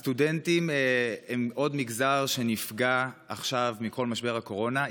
הסטודנטים הם עוד מגזר שנפגע עכשיו מכל משבר הקורונה.